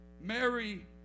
Mary